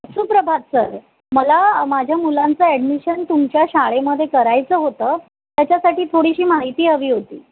सुप्रभात सर मला माझ्या मुलांचं ॲडमिशन तुमच्या शाळेमध्ये करायचं होतं त्याच्यासाठी थोडीशी माहिती हवी होती